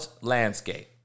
landscape